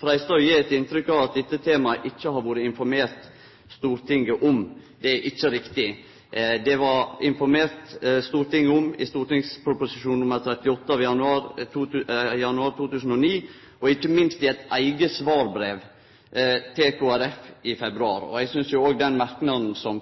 freistar å gje eit inntrykk av at det ikkje har vore informert om dette temaet i Stortinget. Det er ikkje riktig. Stortinget blei informert i St.prp. nr. 38 av januar 2009 og ikkje minst i eit eige svarbrev til Kristeleg Folkeparti i februar. Eg synest òg den merknaden som